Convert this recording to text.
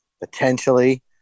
potentially